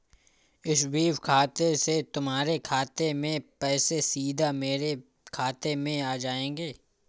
SVEEP खाते से तुम्हारे खाते से पैसे सीधा मेरे खाते में आ जाएंगे